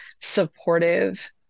supportive